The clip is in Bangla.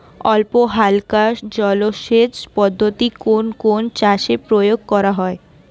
অল্পহালকা জলসেচ পদ্ধতি কোন কোন চাষে প্রয়োগ করা হয়?